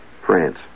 France